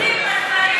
תוציאו את מסעוד גנאים.